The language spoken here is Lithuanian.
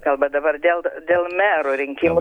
kalba dabar dėl dėl mero rinkimų